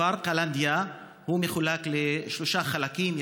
כפר קלנדיה מחולק לשלושה חלקים,